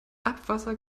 abwasser